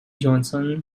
johnston